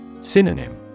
Synonym